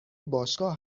باشگاه